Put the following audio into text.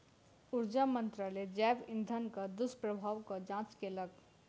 ऊर्जा मंत्रालय जैव इंधनक दुष्प्रभावक जांच केलक